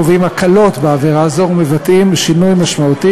קובעים הקלות בעבירה זו ומבטאים שינוי משמעותי